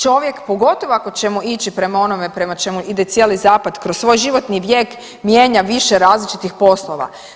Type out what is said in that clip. Čovjek, pogotovo ako ćemo ići prema onome prema čemu ide cijeli zapad, kroz svoj životni vijek mijenja više različitih poslova.